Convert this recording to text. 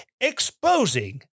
exposing